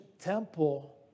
temple